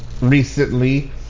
recently